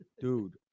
Dude